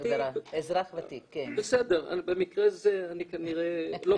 אזרח ותיק --- אנחנו לא משתמשים בהגדרה אזרח ותיק כן.